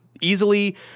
easily